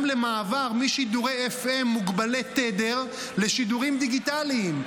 למעבר משידורי FM מוגבלי תדר לשידורים דיגיטליים,